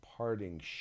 Parting